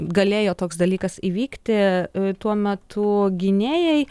galėjo toks dalykas įvykti tuo metu gynėjai